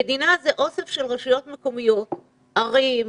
המדינה זה אוסף של רשויות מקומיות ערים,